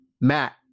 Matt